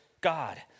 God